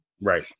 Right